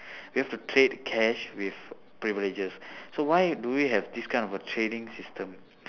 we have to trade cash with privileges so why do we have this kind of trading system